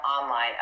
online